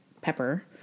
pepper